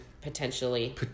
potentially